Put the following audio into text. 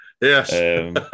Yes